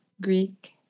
Greek